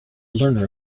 learner